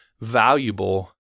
valuable